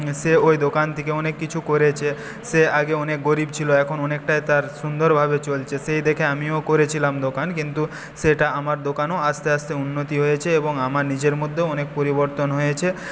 সে ওই দোকান থেকে অনেক কিছু করেছে সে আগে অনেক গরিব ছিল এখন অনেকটাই তার সুন্দরভাবে চলছে সেই দেখে আমিও করেছিলাম দোকান কিন্তু সেটা আমার দোকানও আস্তে আস্তে উন্নতি হয়েছে এবং আমার নিজের মধ্যেও অনেক পরিবর্তন হয়েছে